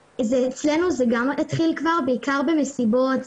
אצלנו זה כבר התחיל כבר, בעיקר במסיבות,